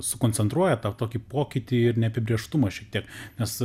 sukoncentruoja tą tokį pokytį ir neapibrėžtumą šiek tiek nes